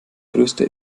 größte